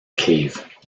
cave